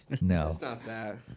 No